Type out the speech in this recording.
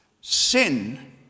Sin